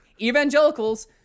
Evangelicals